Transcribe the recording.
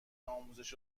آموزش